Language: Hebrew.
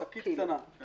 שקית קטנה.